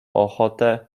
ochotę